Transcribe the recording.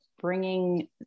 bringing